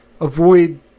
avoid